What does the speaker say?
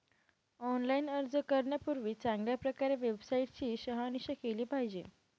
online अर्ज करण्यापूर्वी चांगल्या प्रकारे वेबसाईट ची शहानिशा केली पाहिजे